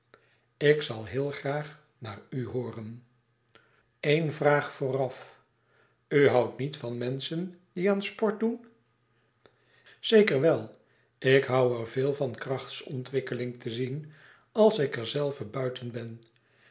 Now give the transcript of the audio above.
ik zal heel graag naar u hooren een vraag vooraf u houdt niet van menschen die aan sport doen zeker wel ik hoû er veel van krachtsontwikkeling te zien als ik er zelve buiten ben